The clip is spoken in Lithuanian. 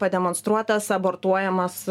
pademonstruotas abortuojamas